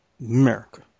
America